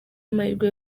amahirwe